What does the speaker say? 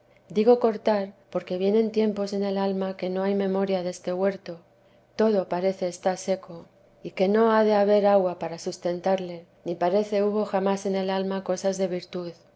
digo cortar porque vienen tiempos en el alma que no hay memoria de este huerto todo parece está seco y que no teresa de jj sos n l ha de haber agua para sustentarle ni parece hubo ja en el alma cosas de virtud